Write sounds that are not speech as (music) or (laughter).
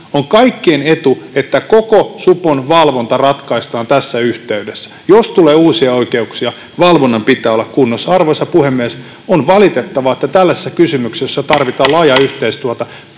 On kaikkien etu, että koko supon valvonta ratkaistaan tässä yhteydessä. Jos tulee uusia oikeuksia, valvonnan pitää olla kunnossa. Arvoisa puhemies! On valitettavaa, että tällaisessa kysymyksessä, (noise) jossa tarvitaan laajaa yhteistyötä,